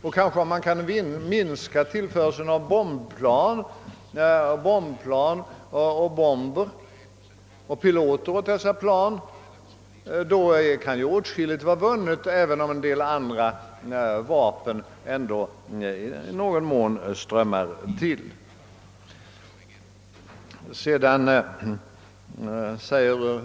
Om man t.ex. kunde minska tillförseln av bombplan, bomber och piloter till planen skulle åtskilligt vara vunnet även om en del andra vapen strömmar till.